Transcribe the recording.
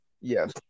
Yes